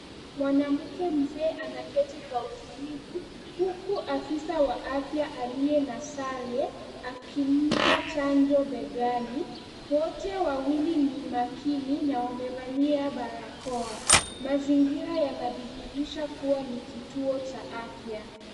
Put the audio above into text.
Mwanamke mzee anaketi kwa utulivu, huku afisa wa afya aliye na sare akimpa chanjo begani. Wote wawili ni makini na wamevalia barakoa. Mazingira yanadhihirisha kuwa ni kituo cha afya.